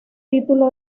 título